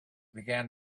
began